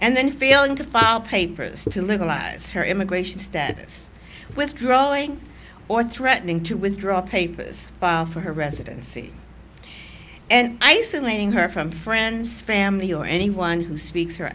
and then feeling to file papers to legalize her immigration status withdrawing or threatening to withdraw papers for her residency and isolating her from friends family or anyone who speaks her